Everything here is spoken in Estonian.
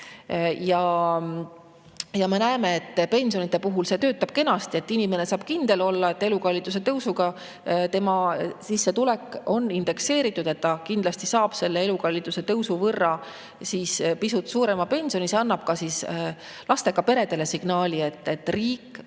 ja me näeme, et pensionide puhul see töötab kenasti, inimene saab kindel olla, et elukalliduse tõusuga on tema sissetulek indekseeritud ja ta kindlasti saab elukalliduse tõusu võrra pisut suurema pensioni –, siis see annab lastega peredele signaali, et riik